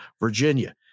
Virginia